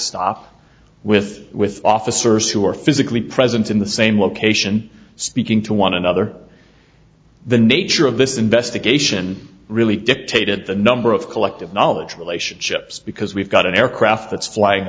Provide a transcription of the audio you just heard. stop with with officers who are physically present in the same location speaking to one another the nature of this investigation really dictated the number of collective knowledge relationships because we've got an aircraft that's flying